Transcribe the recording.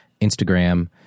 Instagram